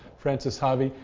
frances harvey,